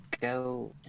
go